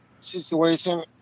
situation